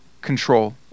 control